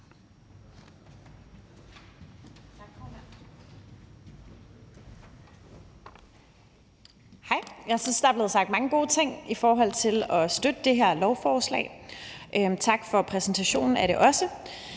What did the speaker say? Tak for præsentationen af det også.